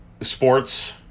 sports